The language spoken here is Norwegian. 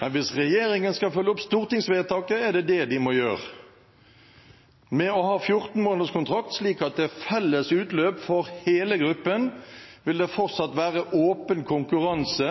Men hvis regjeringen skal følge opp stortingsvedtaket, er det det den må gjøre. Med å ha 14-månederskontrakt slik at det er felles utløp for hele gruppen, vil det fortsatt være åpen konkurranse